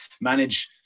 manage